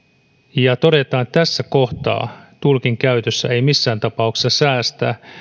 ja todetaan että tässä kohtaa tulkin käytössä ei missään tapauksessa saa säästää